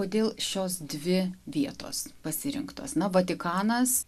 kodėl šios dvi vietos pasirinktos na vatikanas